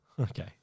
Okay